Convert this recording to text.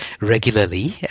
regularly